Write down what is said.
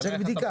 צריך בדיקה.